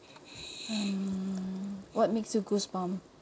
um what makes you goosebump